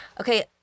Okay